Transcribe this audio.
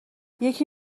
یکی